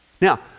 now